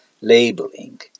labeling